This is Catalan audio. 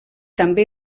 també